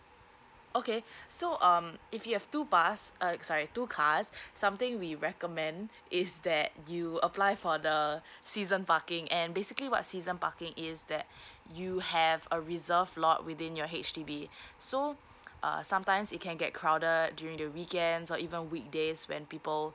okay so um if you have two bus ah sorry two cars something we recommend is that you apply for the season parking and basically what season parking is that you have a reserve lot within your H_D_B so uh sometimes it can get crowded during the weekends or even weekdays when people